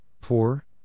poor